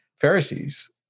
Pharisees